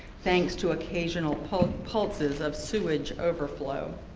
thanks to occasional pulses pulses of sewage overflow.